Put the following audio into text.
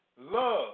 Love